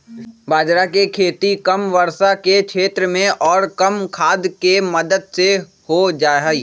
बाजरा के खेती कम वर्षा के क्षेत्र में और कम खाद के मदद से हो जाहई